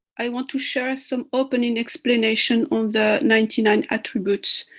i want to share some opening explanations on the ninety nine attributes.